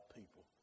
people